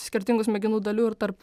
skirtingų smegenų dalių ir tarp